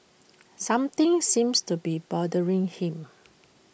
something seems to be bothering him